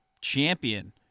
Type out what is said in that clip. champion